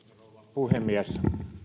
puhemies